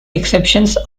exceptions